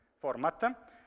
format